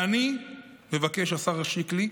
ואני מבקש, מבקש השר שיקלי,